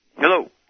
Hello